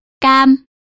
Cam